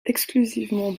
exclusivement